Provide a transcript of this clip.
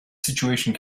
situation